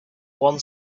one